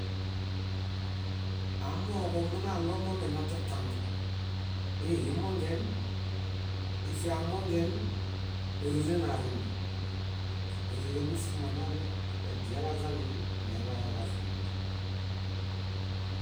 Amooġo minaɭomominatatami. Ihimongen, ifiamongen, órere narimo. Órere músimo naɭo edialaźani neḃayaġazunimi.